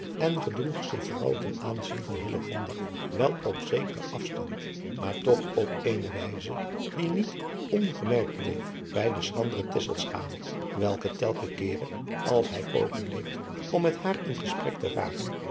en gedroeg zich vooral ten aanzien van hillegonda wel op zekeadriaan loosjes pzn het leven van hillegonda buisman ren asstand maar toch op eene wijze die niet ongemerkt bleef bij de schrandere tesselschade welke telken keere als hij poging deed om met haar in gesprek te raken